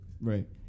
Right